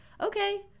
okay